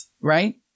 right